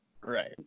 Right